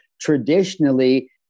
traditionally